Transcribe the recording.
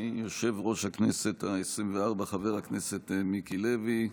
ליושב-ראש הכנסת העשרים-וארבע חבר הכנסת מיקי לוי.